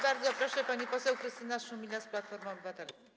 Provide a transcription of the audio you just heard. Bardzo proszę, pani poseł Krystyna Szumilas, Platforma Obywatelska.